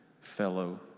fellow